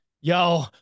yo